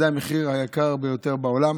זה המחיר היקר ביותר בעולם.